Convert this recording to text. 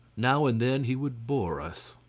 now and then he would bore us.